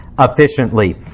efficiently